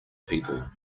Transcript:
people